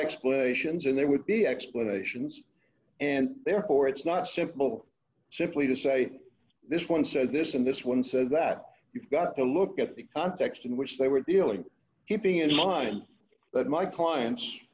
explanations and there would be explanations and therefore it's not simple simply to say this one says this and this one says that you've got to look at the context in which they were dealing hipping in mind that my clients